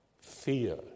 fear